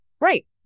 Right